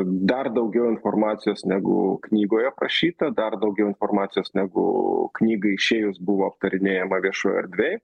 dar daugiau informacijos negu knygoj aprašyta dar daugiau informacijos negu knygai išėjus buvo aptarinėjama viešojoj erdvėj